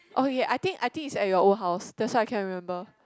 okay okay I think I think it's at your old house that's why I cannot remember